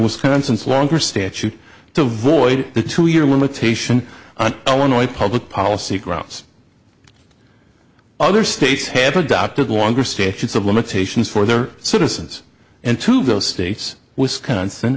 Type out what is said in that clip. wisconsin's longer statute to void the two year limitation on illinois public policy grounds other states have adopted longer statutes of limitations for their citizens and two those states wisconsin